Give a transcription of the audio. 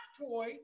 toy